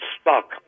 stuck